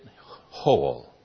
whole